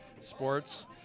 sports